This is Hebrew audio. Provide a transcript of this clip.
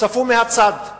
צפו מהצד.